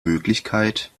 möglichkeit